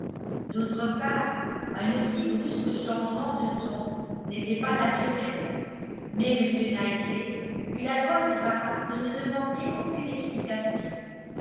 d'autre part un aussi brusque changement de ton n'était pas naturel mais m knightley eut la bonne grâce de ne demander aucune explication